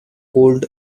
cold